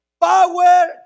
power